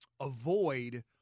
avoid